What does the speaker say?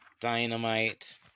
Dynamite